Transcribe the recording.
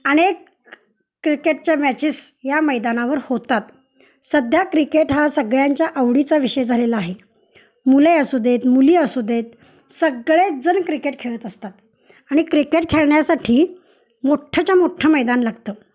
अनेक क्रिकेटच्या मॅचेस या मैदानावर होतात सध्या क्रिकेट हा सगळ्यांच्या आवडीचा विषय झालेला आहे मुले असूदेत मुली असूदेत सगळेच जण क्रिकेट खेळत असतात आणि क्रिकेट खेळण्यासाठी मोठ्ठंच्या मोठं मैदान लागतं